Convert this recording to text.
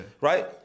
right